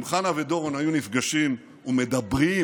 אם חנה ודורון היו נפגשים ומדברים,